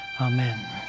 amen